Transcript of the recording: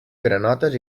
granotes